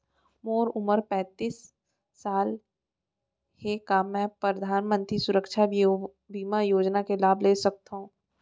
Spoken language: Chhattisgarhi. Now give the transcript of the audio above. मोर उमर पैंतालीस साल हे का मैं परधानमंतरी सुरक्षा बीमा योजना के लाभ ले सकथव?